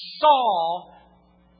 Saul